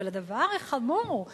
אבל הדבר החמור הוא שאנשים,